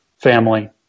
family